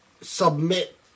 submit